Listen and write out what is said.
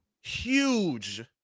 Huge